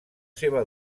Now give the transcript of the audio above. seva